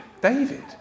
David